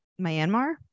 Myanmar